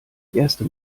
erste